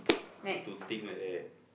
how to think like that